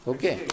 Okay